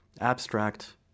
abstract